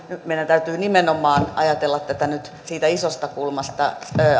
meidän täytyy nimenomaan ajatella tätä siitä isosta kulmasta